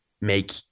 make